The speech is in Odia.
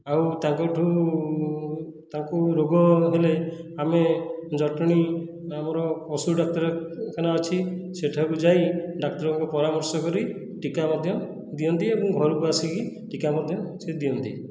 ଆଉ ତାଙ୍କଠୁ ତାଙ୍କୁ ରୋଗ ହେଲେ ଆମେ ଜଟଣୀ ଆମର ପଶୁ ଡାକ୍ତରଖାନା ଅଛି ସେଠାକୁ ଯାଇ ଡାକ୍ତରଙ୍କ ପରାମର୍ଶ କରି ଟୀକା ମଧ୍ୟ ଦିଅନ୍ତି ଏବଂ ଘରକୁ ଆସିକି ଟୀକା ମଧ୍ୟ ସେ ଦିଅନ୍ତି